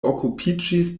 okupiĝis